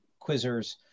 quizzers